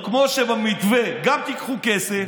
כמו שבמתווה גם תיקחו כסף,